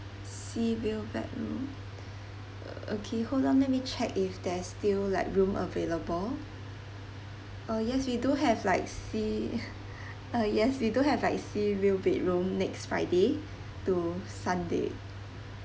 sea view bedroom uh okay hold on let me check if there's still like room available uh yes we do have like sea uh yes we do have like sea view bedroom next friday to sunday